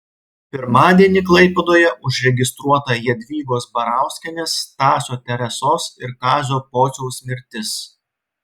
pirmadienį klaipėdoje užregistruota jadvygos barauskienės stasio teresos ir kazio pociaus mirtis